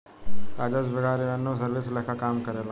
राजस्व विभाग revenue service लेखा काम करेला